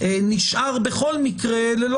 ולא